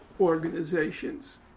organizations